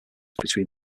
between